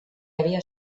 havia